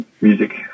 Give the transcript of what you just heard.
music